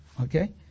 okay